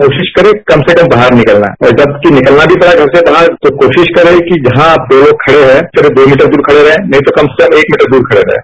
कोशिश करें कम से कम बाहर निकलना है और जबकि निकलना भी पड़ा घर से बाहर तो कोशिश करें कि जहां आप दो लोग खड़े हैं करीब दो मीटर दूर खड़े रहें नहीं तो कम से कम एक मीटर दूर खड़े रहें